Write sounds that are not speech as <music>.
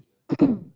<coughs>